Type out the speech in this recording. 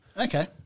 Okay